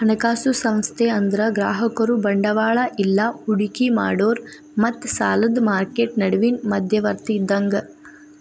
ಹಣಕಾಸು ಸಂಸ್ಥೆ ಅಂದ್ರ ಗ್ರಾಹಕರು ಬಂಡವಾಳ ಇಲ್ಲಾ ಹೂಡಿಕಿ ಮಾಡೋರ್ ಮತ್ತ ಸಾಲದ್ ಮಾರ್ಕೆಟ್ ನಡುವಿನ್ ಮಧ್ಯವರ್ತಿ ಇದ್ದಂಗ